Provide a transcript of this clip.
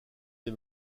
des